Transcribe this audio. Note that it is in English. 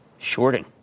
Shorting